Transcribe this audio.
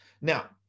Now